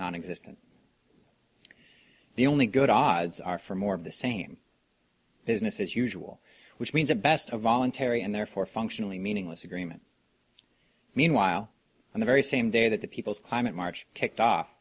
nonexistent the only good odds are for more of the same business as usual which means a best of voluntary and therefore functionally meaningless agreement meanwhile the very same day that the people's climate march kicked off